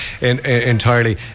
entirely